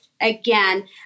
again